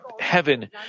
heaven